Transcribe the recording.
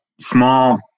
small